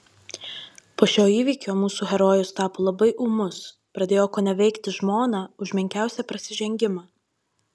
po šio įvykio mūsų herojus tapo labai ūmus pradėjo koneveikti žmoną už menkiausią prasižengimą